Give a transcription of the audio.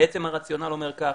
בעצם הרציונל אומר ככה,